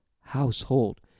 household